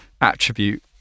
attribute